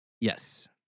Yes